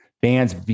bands